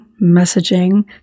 messaging